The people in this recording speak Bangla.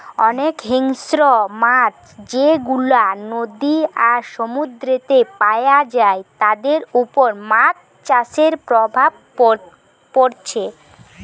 অনেক হিংস্র মাছ যেগুলা নদী আর সমুদ্রেতে পায়া যায় তাদের উপর মাছ চাষের প্রভাব পড়ছে